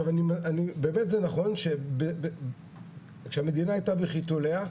עכשיו באמת זה נכון שכשהמדינה היתה בחיתוליה,